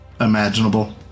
imaginable